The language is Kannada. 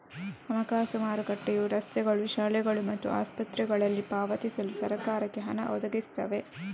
ಹಣಕಾಸು ಮಾರುಕಟ್ಟೆಯು ರಸ್ತೆಗಳು, ಶಾಲೆಗಳು ಮತ್ತು ಆಸ್ಪತ್ರೆಗಳಿಗೆ ಪಾವತಿಸಲು ಸರಕಾರಕ್ಕೆ ಹಣ ಒದಗಿಸ್ತವೆ